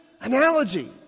analogy